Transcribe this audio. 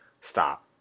Stop